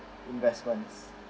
investment